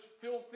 filthy